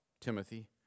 Timothy